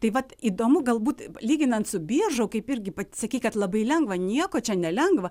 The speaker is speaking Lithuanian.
tai vat įdomu galbūt lyginant su biržų kaip irgi pati sakei kad labai lengva nieko čia nelengva